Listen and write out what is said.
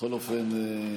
בכל אופן,